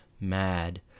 mad